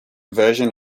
version